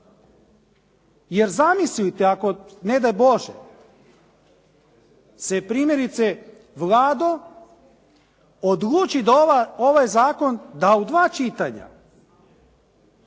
Jer zamislite ako ne daj Bože se primjerice Vlado odluči da ovaj zakon da u dva čitanja